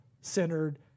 centered